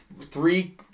Three